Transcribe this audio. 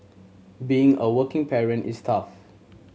being a working parent is tough